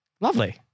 Lovely